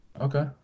Okay